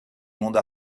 monde